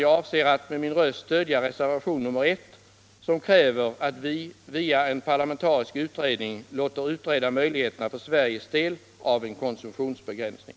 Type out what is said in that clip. Jag avser att med min röst stödja reservation nr I som kräver att vi via en parlamentarisk utredning låter utreda möjligheterna för Sveriges del av en konsumtionsbegränsning.